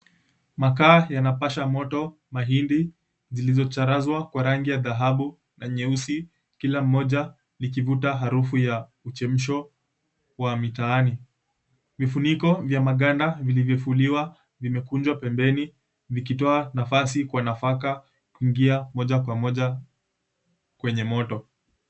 Makaa yanapasha moto mahindi, zilizocharazwa kwa rangi ya dhahabu na nyeusi. Kila moja likivuta harufu ya uchemsho wa mitaani. Vifuniko vya maganda vilivyofuliwa vimekunjwa pembeni, vikitoa nafasi kwa nafaka kuingia moja kwa moja kwenye moto.